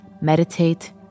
meditate